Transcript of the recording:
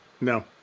No